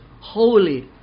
holy